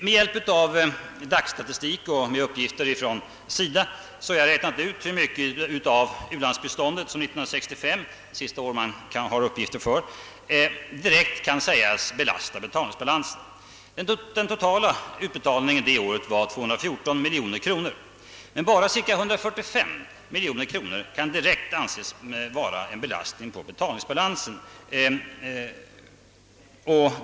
Med hjälp av DAC-statistik och uppgifter från SIDA har jag räknat ut hur mycket av u-landsbiståndet som 1965 — det sista år man har uppgifter för — direkt kan sägas belasta betalningsbalansen. Den totala utbetalningen det året var 214 miljoner kronor. Men bara cirka 145 miljoner kronor kan direkt anses vara en belastning på betalningsbalansen.